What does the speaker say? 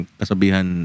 kasabihan